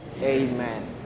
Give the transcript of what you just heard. Amen